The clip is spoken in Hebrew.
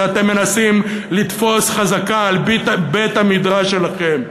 אתם מנסים לתפוס חזקה על בית-המדרש שלכם,